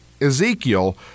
Ezekiel